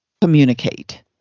communicate